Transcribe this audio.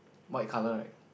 white colour right